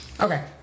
Okay